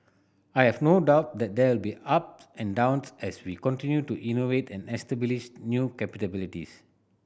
I have no doubt that there will be ups and downs as we continue to innovate and establish new capabilities